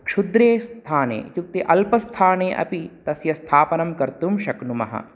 क्षुद्रे स्थाने इत्युक्ते अल्पस्थाने अपि तस्य स्थापनं कर्तुं शक्नुमः